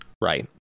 Right